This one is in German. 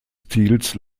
stils